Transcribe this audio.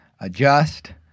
adjust